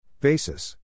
Basis